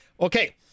Okay